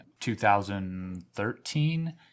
2013